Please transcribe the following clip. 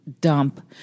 dump